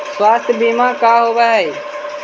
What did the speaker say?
स्वास्थ्य बीमा का होव हइ?